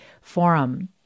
forum